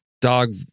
dog